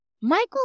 Michael